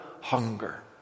hunger